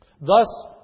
Thus